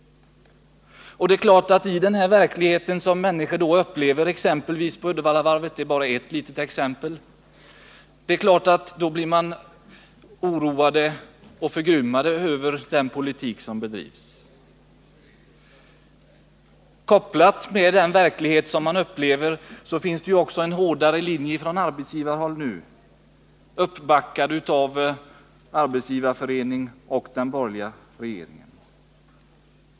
Den utvecklingen gör naturligtvis att människorna på t.ex. Uddevallavarvet — bara ett litet exempel — blir oroade och förgrymmade över den politik som bedrivs. Kopplad med den verklighet som man upplever finns ju också en hårdare linje från arbetsgivarhåll, uppbackad av Arbetsgivareföreningen och den borgerliga regeringen.